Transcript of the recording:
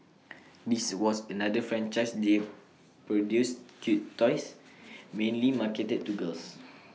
this was another franchise that produced cute toys mainly marketed to girls